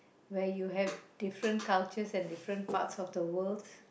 where you have different cultures and different parts of the world